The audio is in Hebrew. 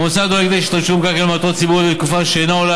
המוסד או ההקדש השתמשו במקרקעין למטרות ציבוריות לתקופה שאינה עולה